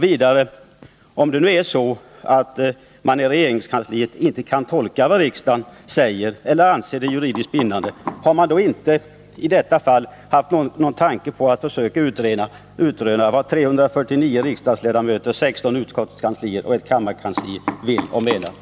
Vidare: Om det nu är så att man i regeringskansliet inte kan tolka vad riksdagen säger eller inte anser det juridiskt bindande, har man inte i detta fall haft någon tanke på att försöka utröna vad 349 riksdagsledamöter, 16 utskottskanslier och ett kammarkansli vill och menar?